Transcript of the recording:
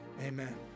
Amen